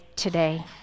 Today